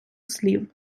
слів